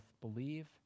believe